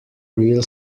real